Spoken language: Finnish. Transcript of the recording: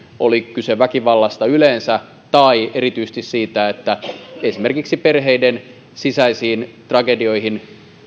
oli kyse väkivallasta yleensä tai erityisesti esimerkiksi perheiden sisäisiin tragedioihin